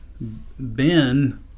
Ben